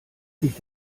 sich